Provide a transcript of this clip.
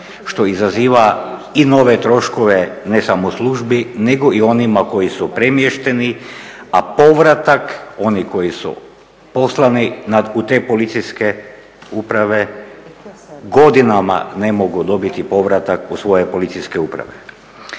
što izaziva i nove troškove, ne samo službi, nego i onima koji su premješteni, a povratak oni koji su poslani u te policijske uprave, godinama ne mogu dobiti povratak u svoje policijske uprave.